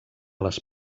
les